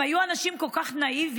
הם היו אנשים כל כך נאיביים.